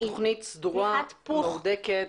תכנית סדורה, מהודקת,